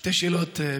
שתי שאלות בקצרה.